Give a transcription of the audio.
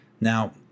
Now